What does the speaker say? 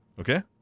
okay